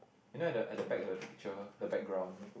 you know at the at the back of the picture the background